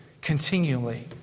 continually